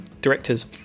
directors